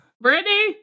Brittany